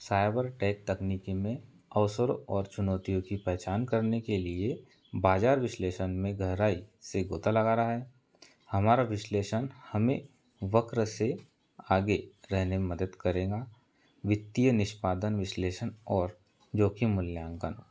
Cybertech तकनीकी में अवसरों और चुनौतियों की पहचान करने के लिए बाजार विश्लेषण में गहराई से गोता लगा रहा है हमारा विश्लेषण हमें वक्र से आगे रहेने में मदद करेगा वित्तीय निष्पादन विश्लेषण और जोखिम मूल्यांकन